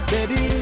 Baby